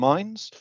Minds